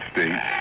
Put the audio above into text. States